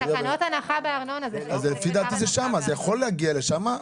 בתקנות הנחה בארנונה --- זה יכול להגיע לשם.